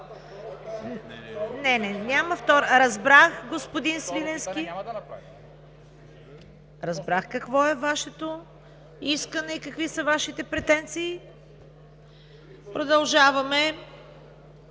изключени микрофони.) Разбрах, господин Свиленски, разбрах какво е Вашето искане и какви са Вашите претенции. Продължаваме